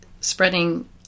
spreading